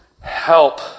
help